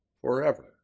forever